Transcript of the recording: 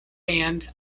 banned